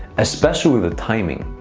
especially the timing.